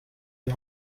die